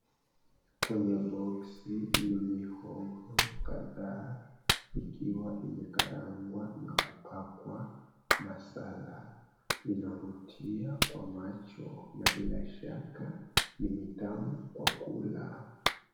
Kwenye boxi ni mihogo kadhaa ikiwa imekarangwa na kupakwa masala, inavutia kwa macho ya bila shaka ni kitamu kwa kula.